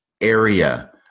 area